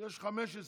חמש הסתייגויות,